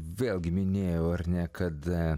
vėlgi minėjau ar ne kad